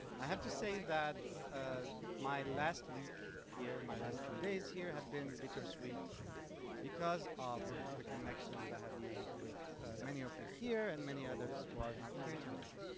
i have to say that ah my last week here, my last few days here have been bittersweet because of the connection that i have made with many of you here and many others who are not here tonight.